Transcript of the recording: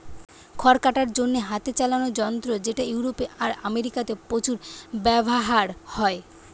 খড় কাটার জন্যে হাতে চালানা যন্ত্র যেটা ইউরোপে আর আমেরিকাতে প্রচুর ব্যাভার হয়